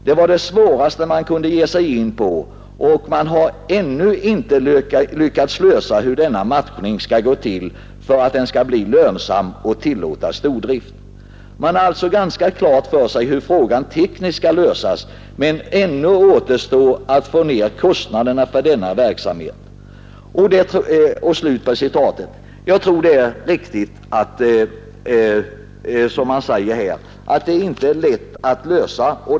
Det var det svåraste man kunde ge sig in på och man har ännu inte lyckats lösa hur denna ”matchning” skall gå till för att den skall bli lönsam och tillåta stordrift. Man har alltså ganska klart för sig hur frågan tekniskt ska lösas men ännu återstår att få ner kostnaderna för denna verksamhet.” Jag tror att det som man här säger inte är lätt att lösa problemet.